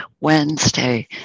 Wednesday